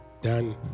done